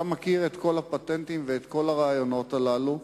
אתה מכיר את כל הפטנטים ואת כל הרעיונות הללו.